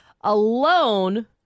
alone